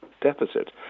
deficit